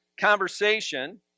conversation